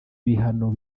bihano